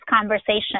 conversation